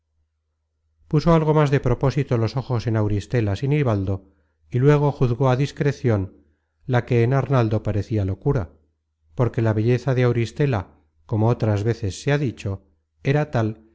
puso algo más de propósito los ojos en auristela sinibaldo y luego juzgó á discrecion la que en arnaldo parecia locura porque la belleza de auristela como otras veces se ha dicho era tal